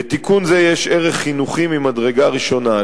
לתיקון זה יש ערך חינוכי ממדרגה ראשונה,